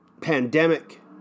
pandemic